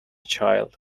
child